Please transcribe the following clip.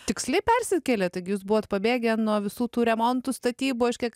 tiksliai persikėlėt taigi jūs buvot pabėgę nuo visų tų remontų statybų aš kiek